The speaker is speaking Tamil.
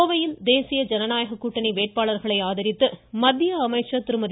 கோவையில் தேசிய ஜனநாயக கூட்டணி வேட்பாளர்களை ஆதரித்து மத்திய அமைச்சர் திருமதி